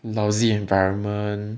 lousy environment